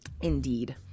Indeed